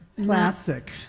classic